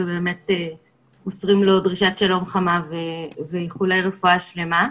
ובאמת מוסרים לו דרישת שלום חמה ואיחולי רפואה שלמה.